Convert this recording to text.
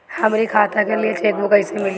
हमरी खाता के लिए चेकबुक कईसे मिली?